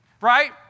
right